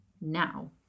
Now